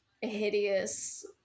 hideous